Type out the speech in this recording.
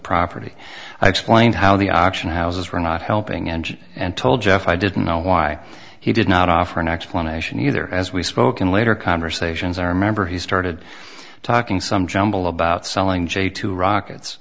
property i explained how the auction houses were not helping and and told jeff i didn't know why he did not offer an explanation either as we spoke in later conversations i remember he started talking some jumble about selling j two rockets